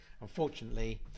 Unfortunately